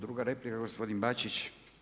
Druga replika gospodin Bačić.